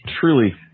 truly